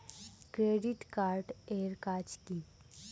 Credit card এর কাজ কি?